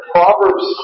Proverbs